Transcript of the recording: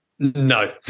No